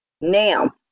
Now